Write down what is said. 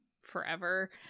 forever